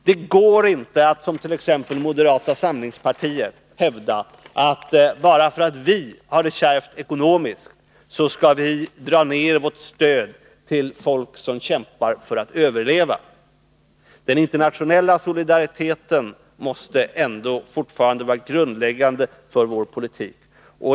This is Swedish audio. Det går inte att som t.ex. moderata samlingspartiet hävda att bara för att vi har det kärvt ekonomiskt skall vi dra ned vårt stöd till folk som kämpar för att överleva. Den internationella solidariteten måste fortfarande vara grundläggande för vår politik.